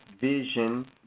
Vision